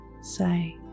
say